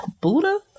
Buddha